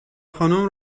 خانوم